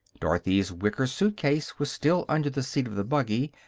dorothy's wicker suit-case was still under the seat of the buggy,